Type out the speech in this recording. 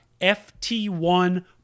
FT1